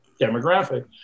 demographic